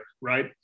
right